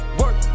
work